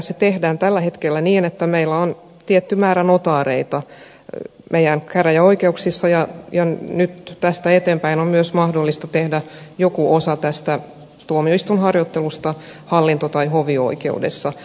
se toteutetaan tällä hetkellä niin että meillä on tietty määrä notaareita käräjäoikeuksissamme ja nyt tästä eteenpäin on myös mahdollista tehdä joku osa tästä tuomioistuinharjoittelusta hallinto tai hovioikeudessa